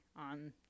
on